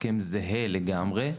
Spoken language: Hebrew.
הסכם הוא זהה לגמרי.